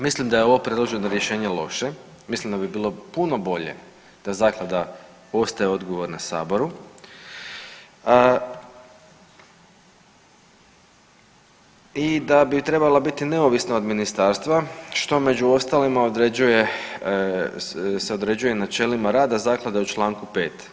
Mislim da je ovo predloženo rješenje loše, mislim da bi bilo puno bolje da zaklada postaje odgovorna saboru i da bi trebala biti neovisna od ministarstva, što među ostalima se određuje načelima rada zaklade u čl. 5.